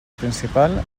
principal